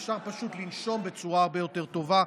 אפשר פשוט לנשום בצורה הרבה יותר טובה,